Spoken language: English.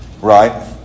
Right